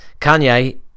Kanye